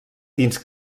dins